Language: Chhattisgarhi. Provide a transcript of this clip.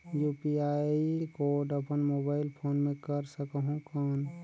यू.पी.आई कोड अपन मोबाईल फोन मे कर सकहुं कौन?